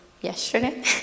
yesterday